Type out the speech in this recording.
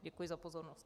Děkuji za pozornost.